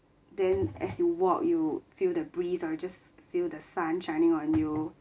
then as you walk you feel the breeze or you just feel the sun shining on you